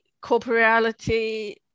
corporeality